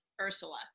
ursula